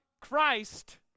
Christ